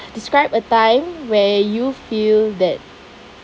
describe a time where you feel that